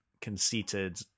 conceited